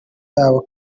yabo